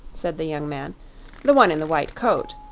said the young man the one in the white coat.